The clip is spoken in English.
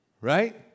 Right